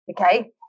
okay